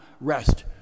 rest